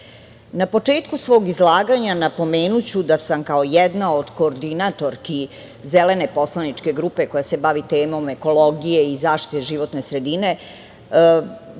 na početku svog izlaganja napomenuću da sam kao jedna od koordinatorki Zelene poslaničke grupe koja se bavi temom ekologije i zaštite životne sredine,